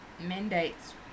mandates